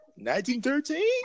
1913